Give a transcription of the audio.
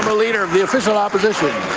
leader of the official opposition.